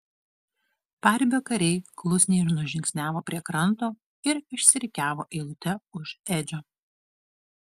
paribio kariai klusniai nužingsniavo prie kranto ir išsirikiavo eilute už edžio